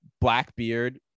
Blackbeard